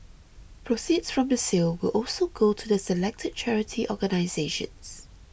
proceeds from the sale will also go to the selected charity organisations